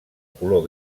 color